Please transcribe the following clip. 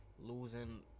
losing